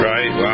Right